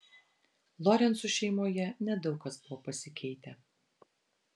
lorencų šeimoje nedaug kas buvo pasikeitę